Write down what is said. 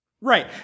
Right